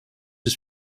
his